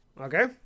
Okay